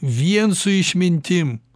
vien su išmintim